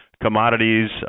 commodities